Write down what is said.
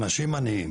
אנשים עניים,